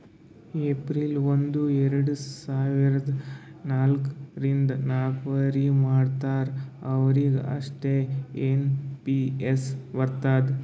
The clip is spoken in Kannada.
ಏಪ್ರಿಲ್ ಒಂದು ಎರಡ ಸಾವಿರದ ನಾಲ್ಕ ರಿಂದ್ ನವ್ಕರಿ ಮಾಡ್ತಾರ ಅವ್ರಿಗ್ ಅಷ್ಟೇ ಎನ್ ಪಿ ಎಸ್ ಬರ್ತುದ್